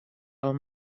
del